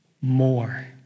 more